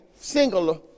singular